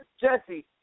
Jesse